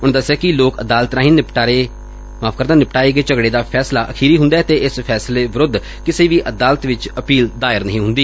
ਉਨਾਂ ਦਸਿਆ ਕਿ ਲੋਕ ਅਦਾਲਤ ਰਾਹੀਂ ਨਿਪਟਾਰੇ ਗਏ ਝਗੜੇ ਦਾ ਫੈਸਲਾ ਅਖੀਰੀ ਹੁੰਦੈ ਅਤੇ ਇਸ ਫੈਸਲੇ ਵਿਰੁੱਧ ਕਿਸੇ ਵੀ ਅਦਾਲਤ ਚ ਅਪੀਲ ਦਾਇਰ ਨਹੀਂ ਹੁੰਦੀ